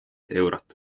eurot